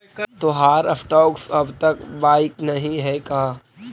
तोहार स्टॉक्स अब तक बाइक नही हैं का